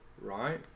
right